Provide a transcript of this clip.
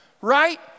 Right